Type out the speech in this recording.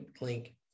link